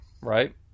Right